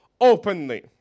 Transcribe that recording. openly